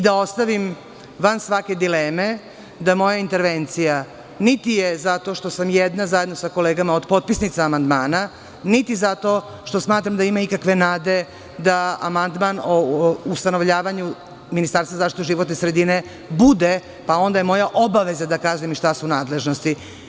Da ostavim van svake dileme da moja intervencija niti je zato što sam jedna, zajedno sa kolegama od potpisnica amandmana, niti zato što smatram da ima ikakve nade da amandman, u ustanovljavanju Ministarstva za zaštitu životne sredine bude, pa onda je moja obaveza da kažem i šta su nadležnosti.